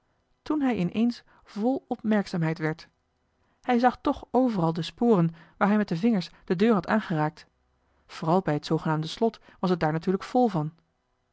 toen hij ineens vol opmerkzaamheid werd hij zag toch overal de sporen waar hij met de vingers de joh h been paddeltje de scheepsjongen van michiel de ruijter deur had aangeraakt vooral bij het zoogenaamde slot was het daar natuurlijk vol van